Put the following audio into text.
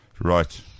Right